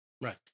Right